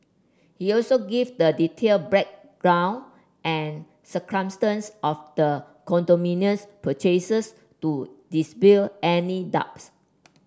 he also gave the detailed background and circumstances of the condominium purchases to dispel any doubts